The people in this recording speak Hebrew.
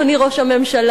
אדוני ראש הממשלה,